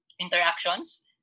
interactions